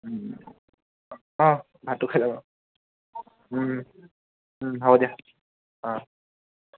অঁ অঁ অঁ ভাতটো খাই যাম অঁ হ'ব দিয়া অঁ